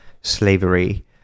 slavery